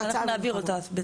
אנחנו נעביר אותה.